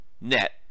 net